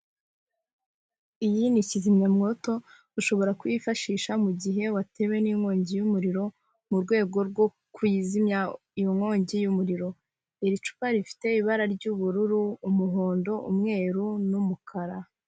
Iyi ni kizimyamwoto ushobora kuyifashisha mu gihe watewe n'inkongi y'umuriro mu rwego rwo kuzimya iyo nkongi y'umuriro, iri icupa rifite ibara ry'ubururu, umuhondo, umweru n'umukara.